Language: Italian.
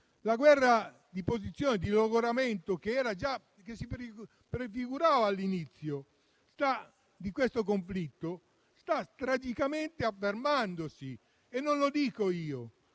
La guerra di posizione, di logoramento, che si prefigurava all'inizio del conflitto, si sta tragicamente affermando e non sono io